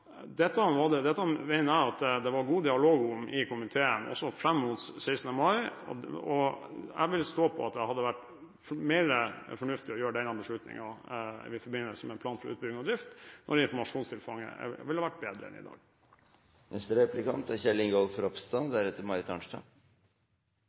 Dette mener jeg at det var god dialog om i komiteen, også fram mot 16. mai, og jeg vil stå på at det hadde vært mer fornuftig å gjøre denne beslutningen i forbindelse med plan for utbygging og drift, og informasjonstilfanget ville ha vært bedre enn i dag. Som jeg var inne på i mitt innlegg, er